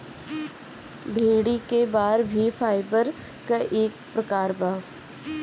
भेड़ी क बार भी फाइबर क एक प्रकार बा